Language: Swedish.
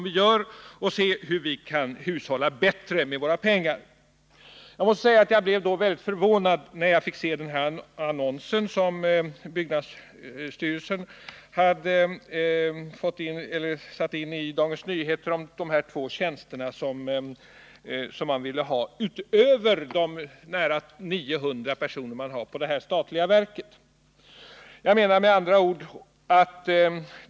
Vi måste hushålla bättre med våra pengar. Jag blev väldigt förvånad när jag i Dagens Nyheter fick se annonsen om två nya tjänster på byggnadsstyrelsen. Det är alltså två nya tjänster utöver de nära 900 personer som arbetar inom detta statliga verk.